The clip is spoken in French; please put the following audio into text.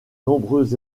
nombreux